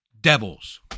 devils